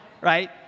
right